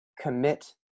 commit